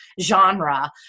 genre